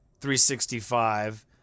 365